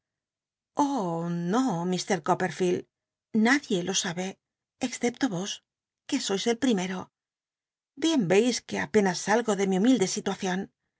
no ifr coppefield nadie lo sa be excepto vos que sois el primero bien veis que apenas salgo de mi humilde